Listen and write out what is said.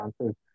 answers